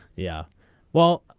yeah well.